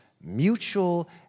mutual